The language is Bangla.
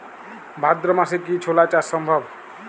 ভাদ্র মাসে কি ছোলা চাষ সম্ভব?